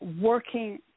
working